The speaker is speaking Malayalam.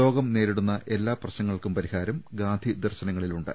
ലോകം നേരിടുന്ന എല്ലാ പ്രശ്നങ്ങൾക്കും പരിഹാരം ഗാന്ധി ദർശനങ്ങളിലുണ്ട്